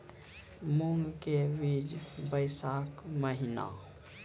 मूंग के बीज बैशाख महीना